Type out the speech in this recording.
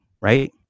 right